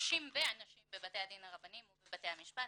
נשים ואנשים בבתי הדין הרבניים ובבתי המשפט,